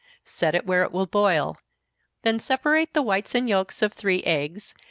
set it where it will boil then separate the whites and yelks of three eggs,